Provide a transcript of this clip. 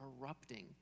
erupting